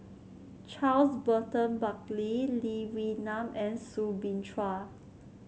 Charles Burton Buckley Lee Wee Nam and Soo Bin Chua